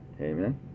Amen